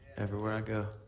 everywhere i go.